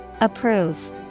Approve